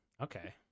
Okay